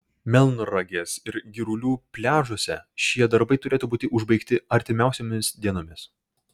melnragės ir girulių pliažuose šie darbai turėtų būti užbaigti artimiausiomis dienomis